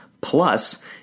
plus